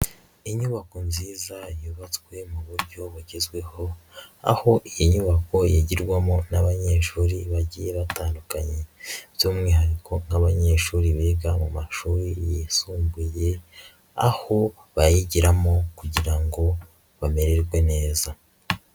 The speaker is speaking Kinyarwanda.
Inyubako nziza yubatswe mu buryo bugezweho, aho iyi nyubako yigirwamo n'abanyeshuri bagiye batandukanye by'umwihariko nk'abanyeshuri biga mu mashuri yisumbuye, aho bayigiramo kugira ngo bamererwe neza.